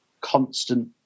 constant